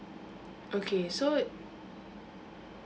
okay so